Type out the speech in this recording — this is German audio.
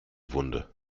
wunde